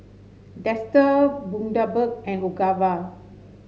Dester Bundaberg and Ogawa